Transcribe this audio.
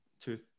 two